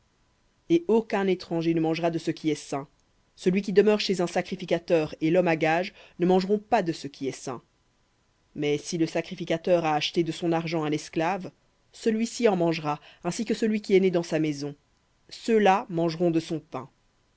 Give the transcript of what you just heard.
et aucun étranger ne mangera de ce qui est saint celui qui demeure chez un sacrificateur et l'homme à gages ne mangeront pas de ce qui est saint mais si le sacrificateur a acheté de son argent un esclave celui-ci en mangera ainsi que celui qui est né dans sa maison ceux-là mangeront de son pain